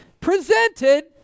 presented